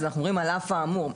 אנחנו אומרים על אף האמור.